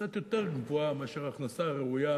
קצת יותר גבוהה מאשר ההכנסה הראויה